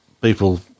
people